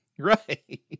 right